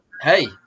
Hey